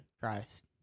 Christ